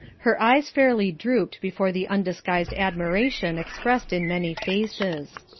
her eyes fairly drooped before the undisguised admiration expressed in many faces.